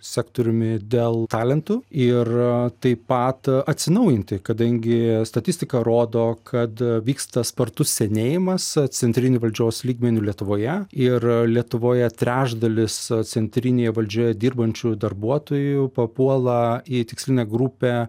sektoriumi dėl talentų ir taip pat atsinaujinti kadangi statistika rodo kad vyksta spartus senėjimas centrinių valdžios lygmeniu lietuvoje ir lietuvoje trečdalis centrinėje valdžioje dirbančių darbuotojų papuola į tikslinę grupę